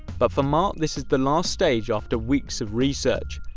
but for mark this is the last stage after weeks of research.